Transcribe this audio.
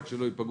רק שלא ייפגעו,